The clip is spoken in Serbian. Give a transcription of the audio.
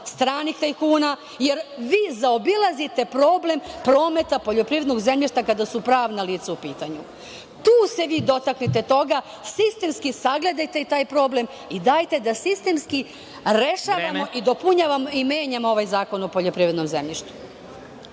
stranih tajkuna. Jer, vi zaobilazite problem prometa poljoprivrednog zemljišta kada su pravna lica u pitanju. Tu se vi dotaknite toga, sistemski sagledajte taj problem i dajte da sistemski rešavamo, dopunjavamo i menjamo ovaj zakon o poljoprivrednom zemljištu.